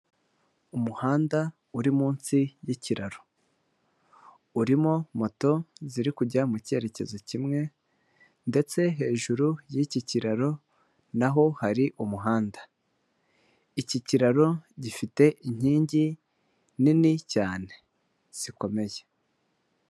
Umuhanda uri munsi y'ikiraro urimo moto ziri kujya mu cyerekezo kimwe ndetse hejuru y'iki kiraro naho hari umuhanda. Iki kiraro gifite inkingi nini cyane zikomeye.